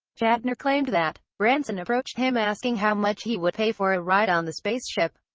shatner claimed that branson approached him asking how much he would pay for a ride on the spaceship.